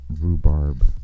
rhubarb